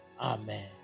Amen